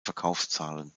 verkaufszahlen